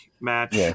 match